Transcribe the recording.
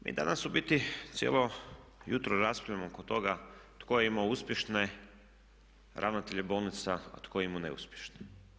Mi danas u biti cijelo jutro raspravljamo oko toga tko je imao uspješne ravnatelje bolnica, a tko je imao neuspješne.